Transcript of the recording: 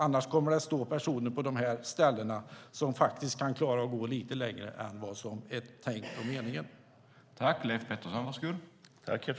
Annars kommer personer att stå på dessa platser som faktiskt klarar att gå lite längre än vad som var tänkt.